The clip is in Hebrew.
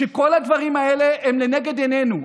שכל הדברים האלה הם לנגד עינינו.